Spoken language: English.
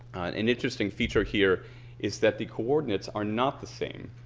an interesting feature here is that the coordinates are not the same,